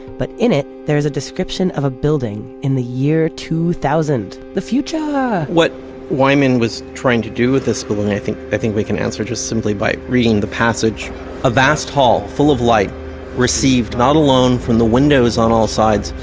but in it there is a description of a building in the year two thousand the future what wyman was trying to do with this building, i think i think we can answer just simply by reading the passage a vast hall full of light received not alone from the windows on all sides,